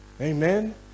Amen